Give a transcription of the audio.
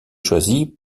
choisi